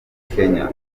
kenya